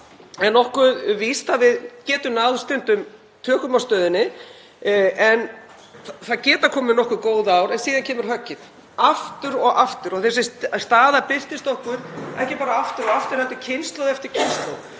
nokkuð víst að við getum stundum náð tökum á stöðunni, það geta komið nokkur góð ár en síðan kemur höggið, aftur og aftur. Þessi staða birtist okkur ekki bara aftur og aftur heldur hjá kynslóð eftir kynslóð.